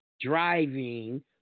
driving